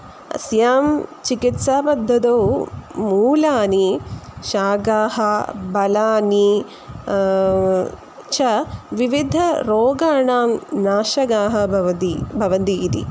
अस्यां चिकित्सापद्धतौ मूलानि शाकाः बलानि च विविधरोगाणां नाशकाः भवति भवन्ति इति